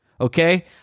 Okay